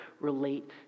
relate